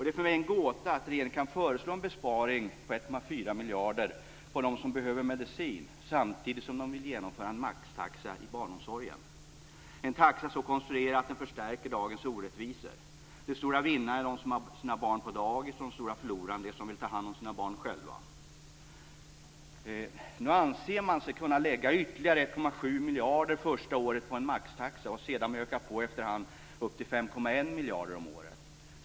Det är för mig en gåta att regeringen kan föreslå en besparing på 1,4 miljarder på dem som behöver medicin, samtidigt som den vill genomföra en maxtaxa i barnomsorgen, en taxa så konstruerad att den förstärker dagens orättvisor. De stora vinnarna är de som har sina barn på dagis, och de stora förlorarna är de som vill ta hand om sina barn själva. Man anser sig nu kunna lägga ytterligare 1,7 miljarder första året på en maxtaxa och sedan öka på efterhand upp till 5,1 miljarder om året.